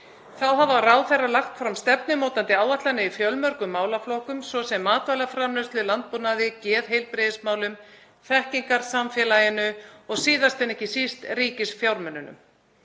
Þá hafa ráðherrar lagt fram stefnumótandi áætlanir í fjölmörgum málaflokkum, svo sem matvælaframleiðslu, landbúnaði, geðheilbrigðismálum, þekkingarsamfélaginu og síðast en ekki síst ríkisfjármálunum.